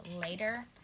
later